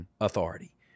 authority